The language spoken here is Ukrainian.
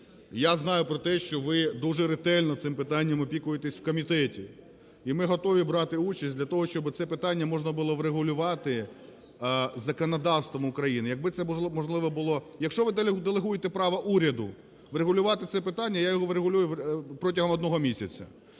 Я знаю про те, що ви дуже ретельно цим питанням опікуєтесь в комітеті. І ми готові брати участь для того, щоби це питання можна було врегулювати законодавством України. Якби це можливо було… Якщо ви делегуєте право уряду врегулювати це питання, я його врегулюю протягом одного місяця.